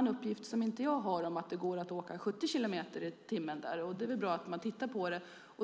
en uppgift som jag inte har, att det går att åka 70 kilometer i timmen där. Det är bra att man tittar på det.